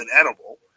inedible